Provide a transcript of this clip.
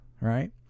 right